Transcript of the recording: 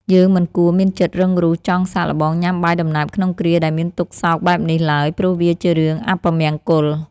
យើងមិនគួរមានចិត្តរឹងរូសចង់សាកល្បងញ៉ាំបាយដំណើបក្នុងគ្រាដែលមានទុក្ខសោកបែបនេះឡើយ ព្រោះវាជារឿងអពមង្គល។